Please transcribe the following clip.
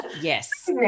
Yes